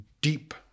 deep